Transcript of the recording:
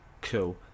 Cool